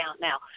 now